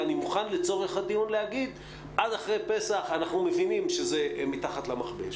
ואני מוכן לצורך הדיון להגיד עד אחרי פסח אנחנו מבינים שזה מתחת למכבש